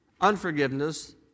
unforgiveness